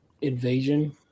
Invasion